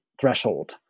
threshold